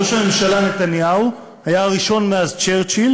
ראש הממשלה נתניהו היה הראשון מאז צ'רצ'יל